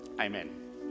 amen